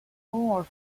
more